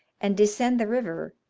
and descend the river,